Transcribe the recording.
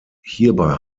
hierbei